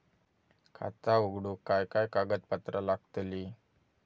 खाता उघडूक काय काय कागदपत्रा लागतली?